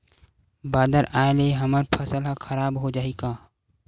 बादर आय ले हमर फसल ह खराब हो जाहि का?